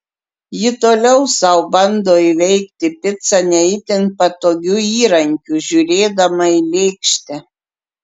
ji toliau sau bando įveikti picą ne itin patogiu įrankiu žiūrėdama į lėkštę